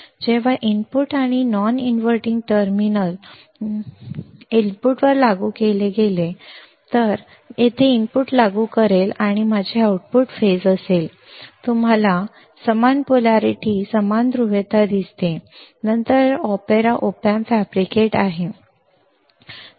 जेव्हा इनपुट आणि non inverting terminal जर मी नॉन इनव्हर्टींग टर्मिनलवर इनपुट लागू केले तर आता मी येथे इनपुट लागू करेल तर माझे आउटपुट फेज असेल तुम्हाला समान पोलारिटी समान ध्रुवीयता समान ध्रुवीयता दिसते नंतर ऑपेरा op amp फॅब्रिकेट आहे